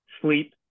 sleep